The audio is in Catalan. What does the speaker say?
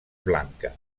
blanca